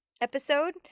episode